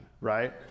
Right